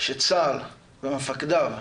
שצה"ל ומפקדיו,